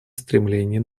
стремлении